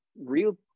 real